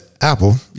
apple